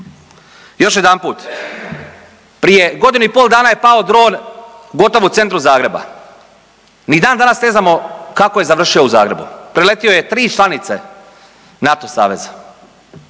Još jedanput, prije godinu i pol dana je pao dron gotovo u centru Zagreba, ni dan danas ne znamo kako je završio u Zagrebu, preletio je 3 članice NATO saveza